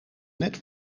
net